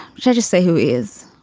should just say who is.